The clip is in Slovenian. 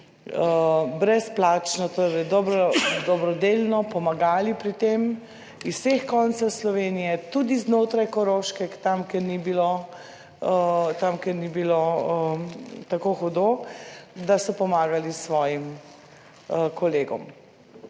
brezplačno, torej dobrodelno pomagali pri tem iz vseh koncev Slovenije, tudi znotraj Koroške, tam, kjer ni bilo, tam, kjer ni bilo tako hudo, da so pomagali svojim kolegom.